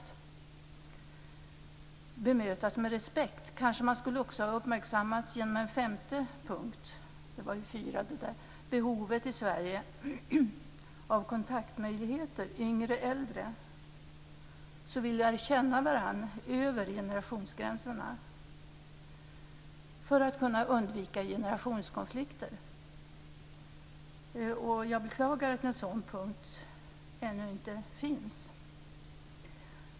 Att bemötas med respekt skulle ha kunnat uppmärksammas i en femte punkt, nämligen behovet i Sverige av kontaktmöjligheter yngre-äldre. Vi skall lära känna varandra över generationsgränserna för att undvika generationskonflikter. Jag beklagar att en sådan punkt ännu inte finns.